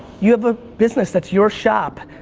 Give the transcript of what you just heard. you have a business that's your shop,